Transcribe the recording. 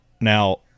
Now